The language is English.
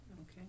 Okay